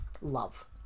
love